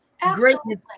Greatness